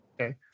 Okay